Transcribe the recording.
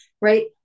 right